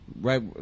right